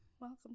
Welcome